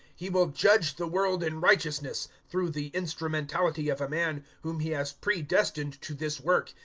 he will judge the world in righteousness, through the instrumentality of a man whom he has pre-destined to this work,